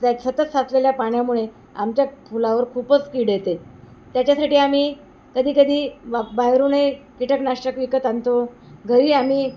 त्या सतत साचलेल्या पाण्यामुळे आमच्या फुलावर खूपच कीड येते त्याच्यासाठी आम्ही कधीकधी बा बाहेरूनही कीटकनाशक विकत आणतो घरी आम्ही